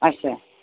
अच्छा